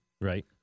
right